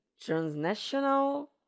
Transnational